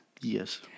Yes